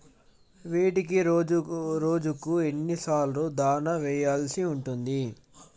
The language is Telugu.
వీటికి రోజుకు ఎన్ని సార్లు దాణా వెయ్యాల్సి ఉంటది?